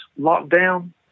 lockdown